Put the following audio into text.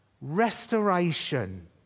restoration